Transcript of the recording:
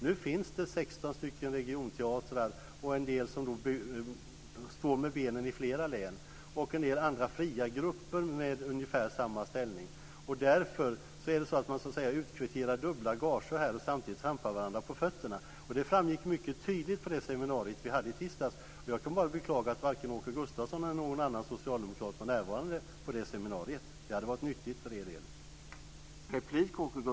Nu finns det 16 regionteatrar, en del som står med benen i flera län och en del andra, fria grupper med ungefär samma ställning. Därför utkvitterar man så att säga dubbla gager och trampar varandra på fötterna samtidigt. Det framgick mycket tydligt på det seminarium vi hade i tisdags. Jag kan bara beklaga att varken Åke Gustavsson eller någon annan socialdemokrat var närvarande på det seminariet. Det hade varit nyttigt för er del.